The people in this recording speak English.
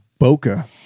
bokeh